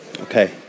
Okay